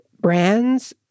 brands